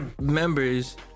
members